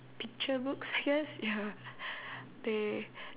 picture books I guess ya they